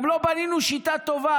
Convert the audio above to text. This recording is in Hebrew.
גם לא בנינו שיטה טובה,